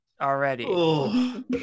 already